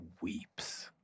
weeps